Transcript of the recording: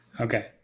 Okay